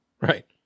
Right